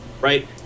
Right